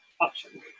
Option